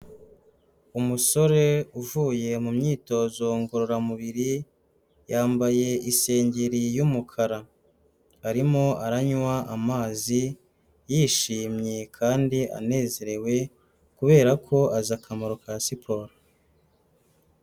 Umusore uvuye mu myitozo ngororamubiri, yambaye isengeri y'umukara, arimo aranywa amazi yishimye kandi anezerewe, kubera ko azi akamaro ka siporo.